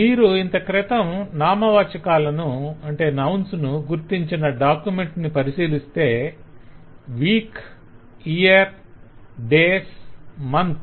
మీరు ఇంతక్రితం నామవాచాకాలను నౌన్స్ nouns గుర్తించిన డాక్యుమెంట్ ని పరిశీలిస్తే వీక్ ఇయర్ డేస్ మంత్